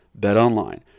BetOnline